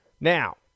Now